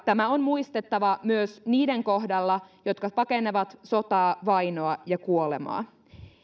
tämä on muistettava myös niiden kohdalla jotka pakenevat sotaa vainoa ja kuolemaa